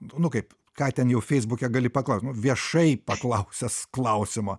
nu kaip ką ten jau feisbuke gali paklaust viešai paklausęs klausimą